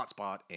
Hotspot